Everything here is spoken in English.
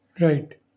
Right